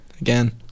again